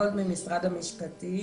מיכל גולד ממשרד המשפטים.